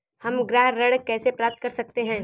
हम गृह ऋण कैसे प्राप्त कर सकते हैं?